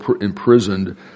imprisoned